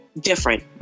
different